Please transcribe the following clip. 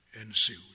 ensued